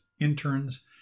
interns